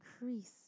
increase